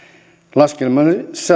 laskelmissa